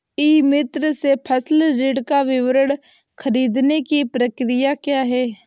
ई मित्र से फसल ऋण का विवरण ख़रीदने की प्रक्रिया क्या है?